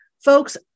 Folks